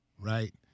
right